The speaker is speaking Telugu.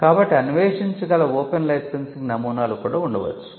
కాబట్టి అన్వేషించగల ఓపెన్ లైసెన్సింగ్ నమూనాలు కూడా ఉండవచ్చు